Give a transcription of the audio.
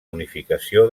unificació